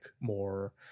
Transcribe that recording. more